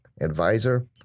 advisor